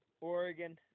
Oregon